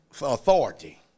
authority